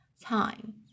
time